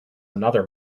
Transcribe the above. another